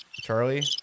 charlie